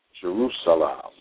Jerusalem